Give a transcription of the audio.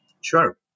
Sure